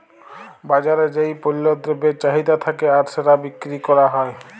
বাজারে যেই পল্য দ্রব্যের চাহিদা থাক্যে আর সেটা বিক্রি ক্যরা হ্যয়